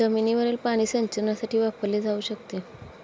जमिनीवरील पाणी सिंचनासाठी वापरले जाऊ शकते